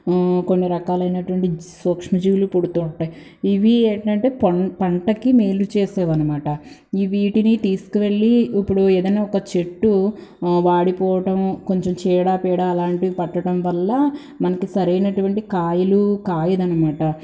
కొన్ని రకాలైనటువంటి సూక్ష్మజీవులు పుడుతు ఉంటాయి ఇవి ఎట్లా అంటే పం పంటకి మేలు చేసేవన్నమాట ఈ వీటిని తీసుకువెళ్ళి ఇప్పుడు ఏదన్నా ఒక చెట్టు వాడిపోవటం కొంచెం చీడా పీడా అలాంటివి పట్టడం వల్ల మనకి సరైనటువంటి కాయలు కాయదు అన్నమాట